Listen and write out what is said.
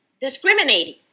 discriminating